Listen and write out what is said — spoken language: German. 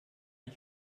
ich